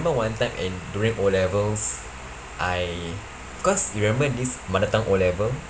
one time in during O levels I cause you remember this mother tongue O level